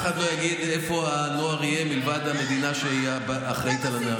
אף אחד לא יגיד איפה הנוער יהיה מלבד המדינה שאחראית על הנערים.